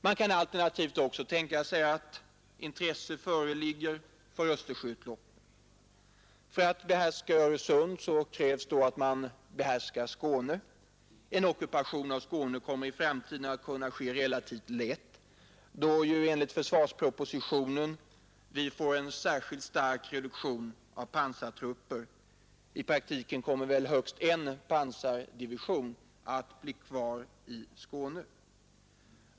Man kan alternativt också tänka sig att intresse föreligger för Östersjöutloppen. För att behärska Öresund krävs att man behärskar Skåne. En ockupation av Skåne kommer i framtiden att kunna ske relativt lätt, då ju försvarspropositionen innebär att vi får en särskilt stark reduktion av pansartrupper — i praktiken kommer väl högst en pansardivision att bli kvar i Skåne.